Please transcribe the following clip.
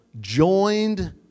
joined